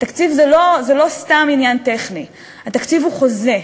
התקציב הוא לא סתם עניין טכני, התקציב הוא חוזה,